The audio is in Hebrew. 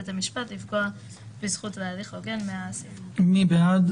בית המשפט לפגוע בזכות להליך הוגן מהאסיר." מי בעד?